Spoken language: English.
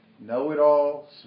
know-it-all